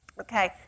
okay